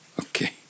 Okay